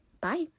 Bye